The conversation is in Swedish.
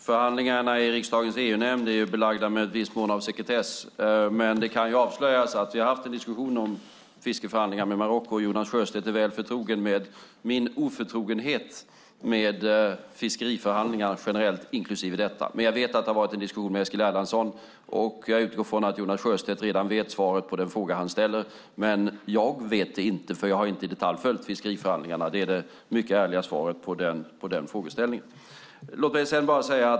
Herr talman! Förhandlingarna i riksdagens EU-nämnd är belagda med en viss mån av sekretess. Men det kan avslöjas att vi har haft en diskussion om fiskeförhandlingar med Marocko och att Jonas Sjöstedt är väl förtrogen med min oförtrogenhet med fiskeriförhandlingarna inklusive detta. Jag vet att det har varit en diskussion med Eskil Erlandsson. Jag utgår från att Jonas Sjöstedt redan vet svaret på den fråga han ställer. Men jag vet det inte, eftersom jag inte i detalj har följt fiskeriförhandlingarna. Det är det mycket ärliga svaret på den frågeställningen.